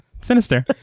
Sinister